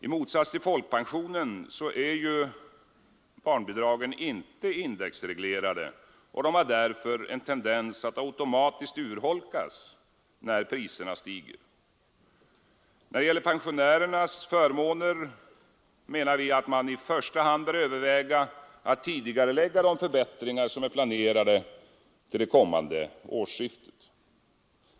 I motsats till folkpensionen är ju barnbidragen inte indexreglerade, och de har därför en tendens att automatiskt urholkas då priserna stiger. När det gäller pensionärernas förmåner menar vi att man i första hand bör överväga att tidigarelägga de förbättringar som är planerade till det kommande årsskiftet.